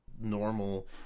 normal